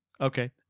Okay